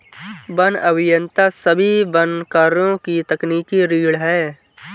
one अभियंता सभी वन कार्यों की तकनीकी रीढ़ हैं